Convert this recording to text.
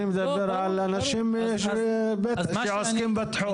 אני מדברים על אנשים שעוסקים בתחום.